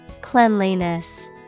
Cleanliness